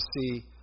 see